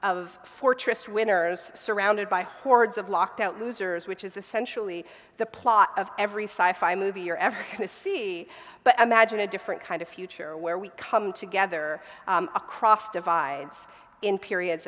fortress winners surrounded by hordes of locked out losers which is essentially the plot of every scifi movie you're ever going to see but imagine a different kind of future where we come together across divides in periods